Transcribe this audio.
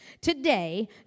Today